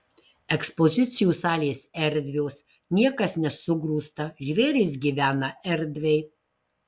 ekspozicijų salės erdvios niekas nesugrūsta žvėrys gyvena erdviai